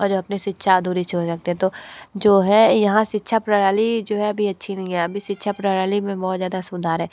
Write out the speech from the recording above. और अपनी शिक्षा अधूरी छोड़ रखते हैं तो जो है यहाँ शिक्षा प्रणाली जो है अभी अच्छी नहीं है अभी शिक्षा प्रणाली में बहुत ज़्यादा सुधार है